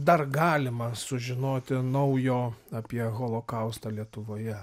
dar galima sužinoti naujo apie holokaustą lietuvoje